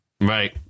Right